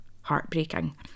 heartbreaking